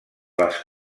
les